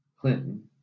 Clinton